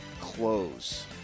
close